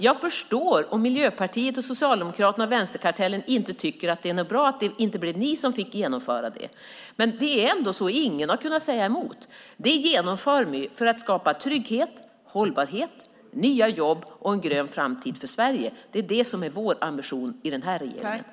Jag förstår om vänsterkartellen inte tycker att det är bra att det inte blev ni som fick genomföra det, men ingen har kunnat säga emot. Detta genomför vi för att skapa trygghet, hållbarhet, nya jobb och en grön framtid för Sverige. Det är det som är vår ambition i den här regeringen.